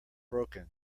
broken